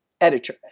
editor